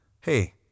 hey